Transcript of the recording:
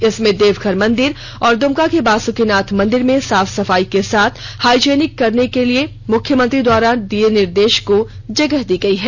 इसमें देवघर मंदिर और दुमका के बासुकीनाथ मंदिर में साफ सफाई के साथ हाइजेनिक करने के मुख्यमंत्री द्वारा दिये निर्देष को जगह दी गयी है